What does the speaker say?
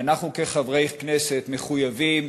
ואנחנו כחברי כנסת מחויבים